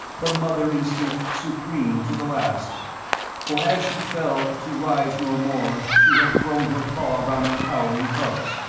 the mother-instinct supreme to the last for as she fell to rise no more she had thrown her paw around the cowering cubs.